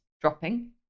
dropping